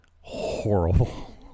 horrible